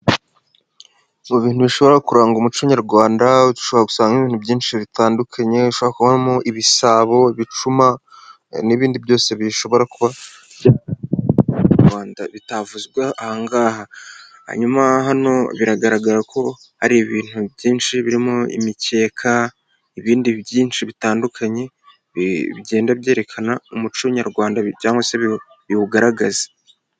Mu bintu bishobora kuranga umuco Nyarwanda ushobora gusanga hari ibintu byinshi bitandukanye hari kugaragara ibisabo, ibicuma n'ibindi byose bishobora kuba byaba mu Rwanda bitavuzwe aha ngaha, hanyuma hano biragaragara ko hari ibintu byinshi birimo imikeka ibindi byinshi bitandukanye bigenda byerekana umuco Nyarwanda cyangwa se biwugaragaza.